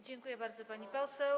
Dziękuję bardzo, pani poseł.